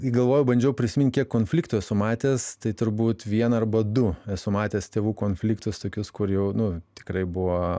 galvojau bandžiau prisimint kiek konfliktų esu matęs tai turbūt vieną arba du esu matęs tėvų konfliktus tokius kur jau nu tikrai buvo